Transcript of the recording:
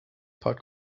part